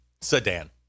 Sedan